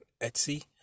Etsy